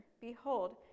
Behold